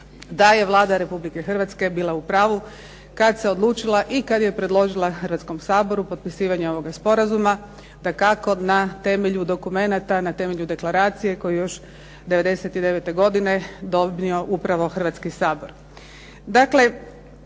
da je Vlada Republike Hrvatske bila u pravu kada se odlučila i kada je predložila Hrvatskom saboru potpisivanje ovoga sporazuma, dakako na temelju dokumenata, na temelju deklaracije koju još '99. godine donio upravo Hrvatski sabor.